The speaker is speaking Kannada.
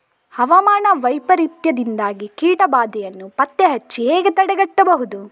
ಹವಾಮಾನ ವೈಪರೀತ್ಯದಿಂದಾಗಿ ಕೀಟ ಬಾಧೆಯನ್ನು ಪತ್ತೆ ಹಚ್ಚಿ ಹೇಗೆ ತಡೆಗಟ್ಟಬಹುದು?